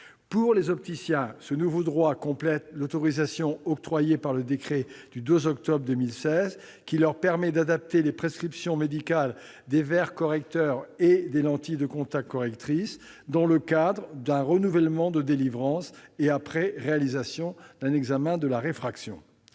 Pour les opticiens, ce nouveau droit complète l'autorisation octroyée par le décret du 12 octobre 2016, qui leur permet d'adapter les prescriptions médicales des verres correcteurs et des lentilles de contact correctrices dans le cadre d'un renouvellement de délivrance et après réalisation d'un examen de la réfraction.